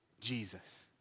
Jesus